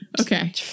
Okay